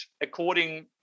according